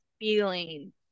feeling